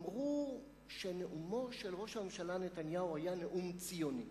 אמרו שנאומו של ראש הממשלה נתניהו היה נאום ציוני.